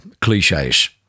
cliches